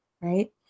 right